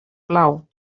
plau